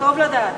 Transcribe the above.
טוב לדעת.